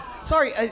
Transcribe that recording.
Sorry